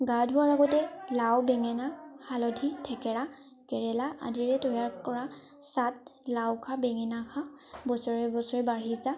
গা ধোৱাৰ আগতে লাও বেঙেনা হালধি থেকেৰা কেৰেলা আদিৰে তৈয়াৰ কৰা চাট লাও খা বেঙেনা খা বছৰে বছৰে বাঢ়ি যা